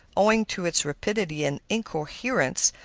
owing to its rapidity and incoherence,